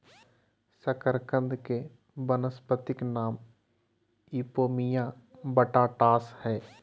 शकरकंद के वानस्पतिक नाम इपोमिया बटाटास हइ